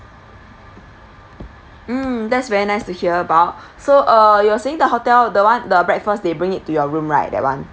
mm that's very nice to hear about so uh you're saying the hotel the one the breakfast they bring it to your room right that [one]